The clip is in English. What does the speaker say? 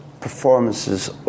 performances